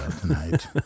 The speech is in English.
tonight